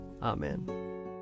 Amen